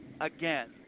again